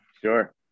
Sure